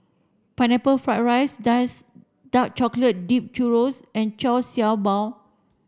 Pineapple fried rice dies dark chocolate dip churro and Sha Bao